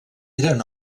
eren